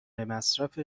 مصرف